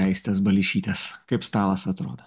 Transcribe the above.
aistės baleišytės kaip stalas atrodo